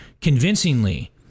convincingly